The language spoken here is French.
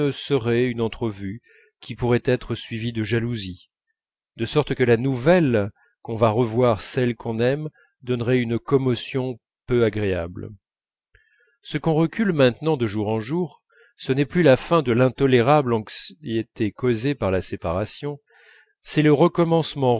serait une entrevue qui pourrait être suivie de jalousie de sorte que la nouvelle qu'on va revoir celle qu'on aime donnerait une commotion peu agréable ce qu'on recule maintenant de jour en jour ce n'est plus la fin de l'intolérable anxiété causée par la séparation c'est le recommencement